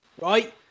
right